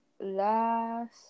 last